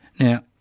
Now